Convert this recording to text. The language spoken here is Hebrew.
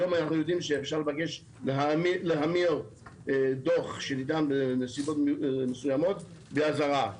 היום אנחנו יודעים שאפשר לבקש להמיר דוח שניתן בנסיבות מסוימות באזהרה.